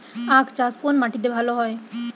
আখ চাষ কোন মাটিতে ভালো হয়?